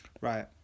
Right